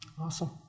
Awesome